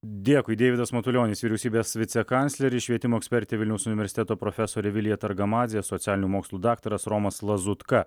dėkui deividas matulionis vyriausybės vicekancleris švietimo ekspertė vilniaus universiteto profesorė vilija targamadzė socialinių mokslų daktaras romas lazutka